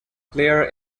player